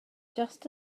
just